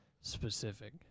specific